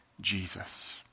Jesus